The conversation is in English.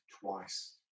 twice